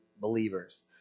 believers